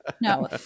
No